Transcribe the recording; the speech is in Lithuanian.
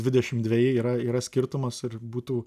dvidešimt dveji yra yra skirtumas ir būtų